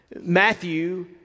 Matthew